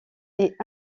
est